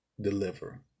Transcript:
deliver